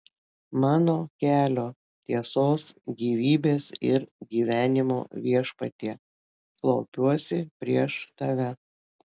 mano kelio tiesos gyvybės ir gyvenimo viešpatie klaupiuosi prieš tave